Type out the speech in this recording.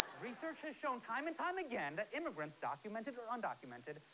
research has shown time and time again that immigrants, documented or undocumented,